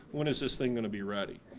when is this thing going to be ready?